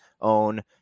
own